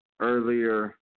earlier